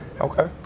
Okay